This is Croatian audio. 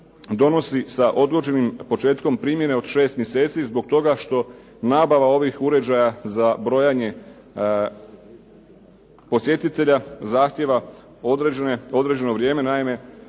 donosi sa odgođenim početkom primjene od 6 mjeseci zbog toga što nabava ovih uređaja za brojanje posjetitelja zahtijeva određeno vrijeme. Naime,